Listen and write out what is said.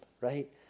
Right